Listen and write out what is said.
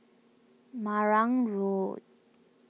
Marang Road